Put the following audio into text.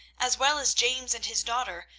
as well as james and his daughter,